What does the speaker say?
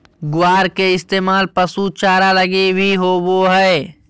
ग्वार के इस्तेमाल पशु चारा लगी भी होवो हय